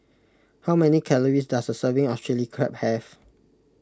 how many calories does a serving of Chili Crab have